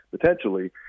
potentially